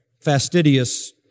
fastidious